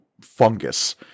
fungus